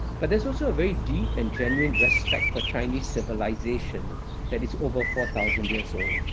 but there's also a very deep and genuine respect for chinese civilization that is over four thousand years old.